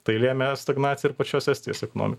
tai lėmė stagnaciją ir pačios estijos ekonomi